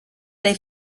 they